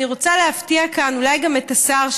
אני רוצה להפתיע כאן אולי גם את השר,